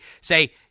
say –